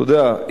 אתה יודע,